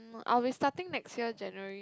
I'll be starting next year January